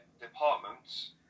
departments